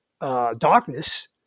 Darkness